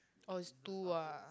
orh is two ah